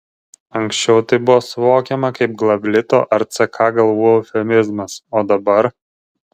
anksčiau tai buvo suvokiama kaip glavlito ar ck galvų eufemizmas o dabar